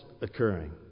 occurring